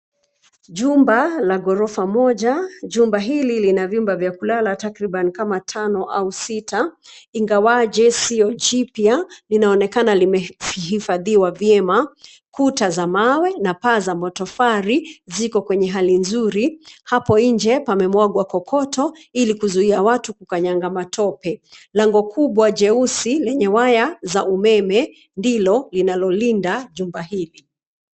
Jumba la ghorofa moja. Jumba hili lina vyumba vya kulala takriban kama tano au sita, ingawaje siyo jipya, linaonekana limehifadhiwa vyema, kuta za mawe na paa za matofali ziko kwenye hali nzuri. Hapo nje pamemwagwa kokoto ili kuzuia watu kukanyaga matope. Lango kubwa jeusi lenye waya za umeme ndilo linalolinda jumba hili.